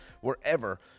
wherever